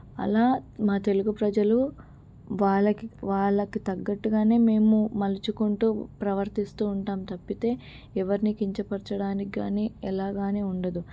అలా మా తెలుగు ప్రజలు వాళ్ళకి వాళ్ళకి తగ్గట్టుగానే మేము మలుచుకుంటూ ప్రవర్తిస్తూ ఉంటాం తప్పితే ఎవర్ని కించపరచడానికి కాని ఎలా కానీ ఉండదు